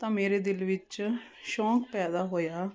ਤਾਂ ਮੇਰੇ ਦਿਲ ਵਿੱਚ ਸ਼ੌਂਕ ਪੈਦਾ ਹੋਇਆ